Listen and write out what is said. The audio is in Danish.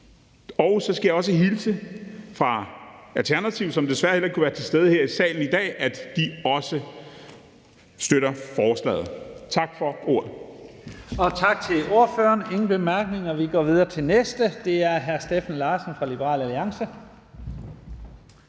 Så skal jeg også hilse fra Alternativet, som desværre heller ikke kunne være til stede her i salen i dag, og sige, at de også støtter forslaget. Tak for ordet.